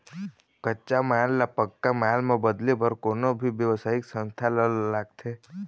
कच्चा माल ल पक्का माल म बदले बर कोनो भी बेवसायिक संस्था ल लागथे